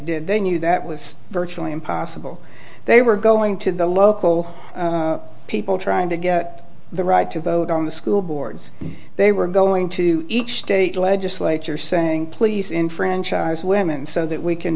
did they knew that was virtually impossible they were going to the local people trying to get the right to vote on the school boards they were going to each state legislature saying please enfranchise women so that we can